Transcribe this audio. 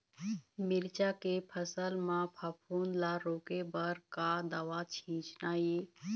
मिरचा के फसल म फफूंद ला रोके बर का दवा सींचना ये?